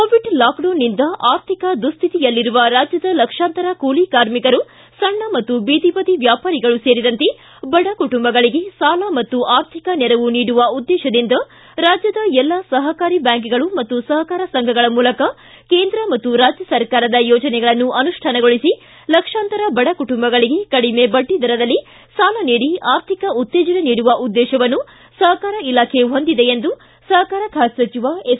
Covid ಲಾಕ್ಡೌನ್ನಿಂದ ಆರ್ಥಿಕ ದುಸ್ಥಿತಿಯಲ್ಲಿರುವ ರಾಜ್ಯದ ಲಕ್ಷಾಂತರ ಕೂಲಿ ಕಾರ್ಮಿಕರು ಸಣ್ಣ ಮತ್ತು ಬೀದಿ ಬದಿ ವ್ವಾಪಾರಿಗಳು ಸೇರಿದಂತೆ ಬಡಕುಟುಂಬಗಳಿಗೆ ಸಾಲ ಮತ್ತು ಆರ್ಥಿಕ ನೆರವು ನೀಡುವ ಉದ್ದೇಶದಿಂದ ರಾಜ್ಯದ ಎಲ್ಲಾ ಸಹಕಾರಿ ಬ್ಯಾಂಕ್ಗಳು ಮತ್ತು ಸಹಕಾರ ಸಂಘಗಳ ಮೂಲಕ ಕೇಂದ್ರ ಮತ್ತು ರಾಜ್ಯ ಸರ್ಕಾರದ ಯೋಜನೆಗಳನ್ನು ಅನುಷ್ಠಾನಗೊಳಿಸಿ ಲಕ್ಷಾಂತರ ಬಡಕುಟುಂಬಗಳಿಗೆ ಕಡಿಮೆ ಬಡ್ಡಿದರದಲ್ಲಿ ಸಾಲ ನೀಡಿ ಆರ್ಥಿಕ ಉತ್ತೇಜನೆ ನೀಡುವ ಉದ್ದೇಶವನ್ನು ಸಹಕಾರ ಇಲಾಖೆ ಹೊಂದಿದೆ ಎಂದು ಸಹಕಾರ ಖಾತೆ ಸಚಿವ ಎಸ್